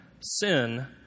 sin